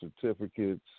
certificates